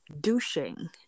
douching